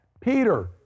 Peter